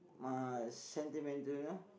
my sentimental you know